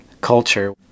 culture